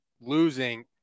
losing